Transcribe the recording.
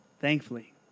thankfully